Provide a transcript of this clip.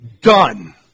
done